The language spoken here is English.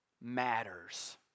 matters